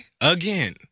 again